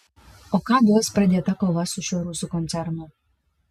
o ką duos pradėta kova su šiuo rusų koncernu